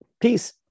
Peace